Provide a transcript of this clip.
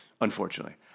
unfortunately